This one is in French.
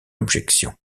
objection